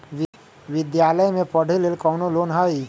विद्यालय में पढ़े लेल कौनो लोन हई?